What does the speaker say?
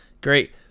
Great